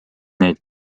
neid